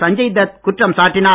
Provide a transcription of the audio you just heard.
சஞ்சய் தத் குற்றம் சாட்டினார்